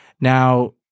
Now